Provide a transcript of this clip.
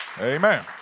Amen